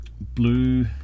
Blue